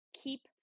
keep